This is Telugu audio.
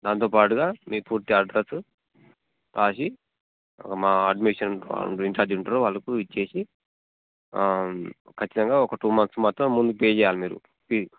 దాంతో పాటుగా మీ పూర్తి అడ్రసు రాసి మా అడ్మిషన్ ఫోరం ఇంచార్జ్ ఉంటారు వాళ్ళకు ఇచ్చి ఖచ్చితంగా ఒక టూ మంత్స్ మాత్రం ముందు పే చేయాలి మీరు ఫీ